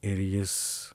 ir jis